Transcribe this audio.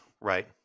Right